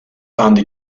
andy